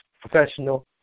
professional